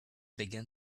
began